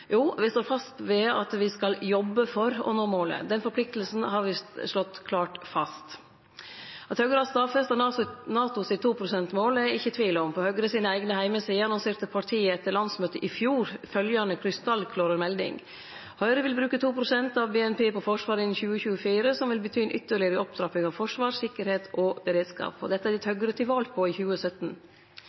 vi står fast ved at vi skal jobbe for å nå målet. Den forpliktelsen har vi slått klart fast.» At Høgre har stadfesta NATO sitt 2-prosentmål, er eg ikkje i tvil om. På Høgre sine eigne heimesider annonserte partiet etter landsmøtet i fjor følgjande krystallklåre melding: «Høyre vil bruke to prosent av BNP på Forsvar innen 2024, som vil bety en ytterligere opptrapping av forsvar, sikkerhet og beredskap.» Og dette gjekk Høgre til val på i 2017.